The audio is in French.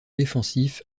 défensif